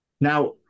now